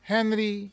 Henry